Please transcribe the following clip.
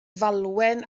falwen